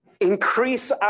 increase